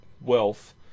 wealth